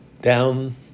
down